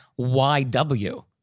YW